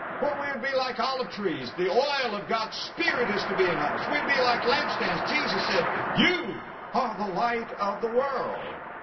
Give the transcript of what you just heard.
well, we're to be like olive trees. the oil of god's spirit is to be in us. we're to be like lampstands. jesus said, you are ah the light of the world.